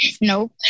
Nope